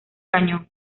cañón